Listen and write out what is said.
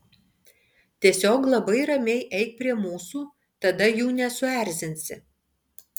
tiesiog labai ramiai eik prie mūsų tada jų nesuerzinsi